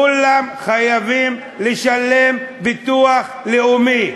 כולם חייבים לשלם ביטוח לאומי,